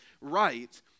right